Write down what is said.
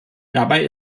dabei